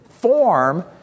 form